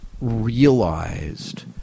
realized